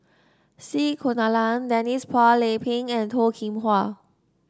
C Kunalan Denise Phua Lay Peng and Toh Kim Hwa